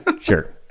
Sure